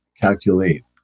calculate